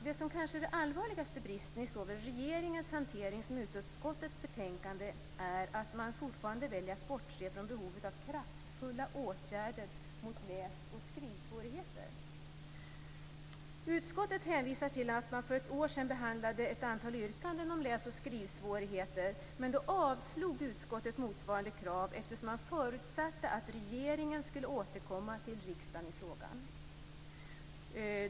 Det som kanske är den allvarligaste bristen i såväl regeringens hantering som utskottets betänkande är att man fortfarande väljer att bortse från behovet av kraftfulla åtgärder mot läs och skrivsvårigheter. Utskottet hänvisar till att man för ett år sedan behandlade ett antal yrkanden om läs och skrivsvårigheter. Men då avslog utskottet motsvarande krav eftersom man förutsatte att regeringen skulle återkomma till riksdagen i frågan.